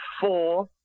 four